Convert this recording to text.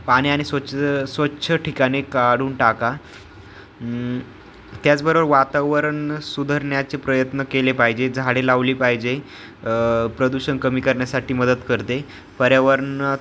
पाणी आणि स्वच्छ स्वच्छ ठिकाणी काढून टाका त्याचबरोबर वातावरण सुधरण्याचे प्रयत्न केले पाहिजे झाडे लावली पाहिजे प्रदूषण कमी करण्यासाठी मदत करते पर्यावरणात